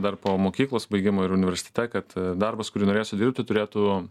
dar po mokyklos baigimo ir universitete kad darbas kurį norėsiu dirbti turėtų